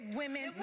women